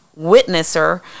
witnesser